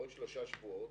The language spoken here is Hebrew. עוד שלושה שבועות,